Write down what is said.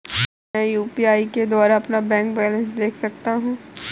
क्या मैं यू.पी.आई के द्वारा अपना बैंक बैलेंस देख सकता हूँ?